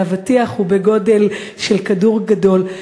ואבטיח הוא בגודל של כדור גדול,